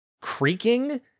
creaking